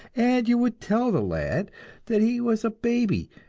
and you would tell the lad that he was a baby,